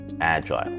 Agile